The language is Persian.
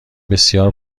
بسیار